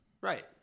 Right